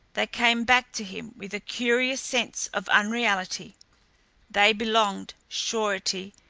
they came back to him with a curious sense of unreality they belonged, surety,